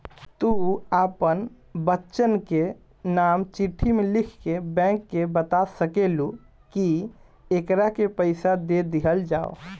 तू आपन बच्चन के नाम चिट्ठी मे लिख के बैंक के बाता सकेलू, कि एकरा के पइसा दे दिहल जाव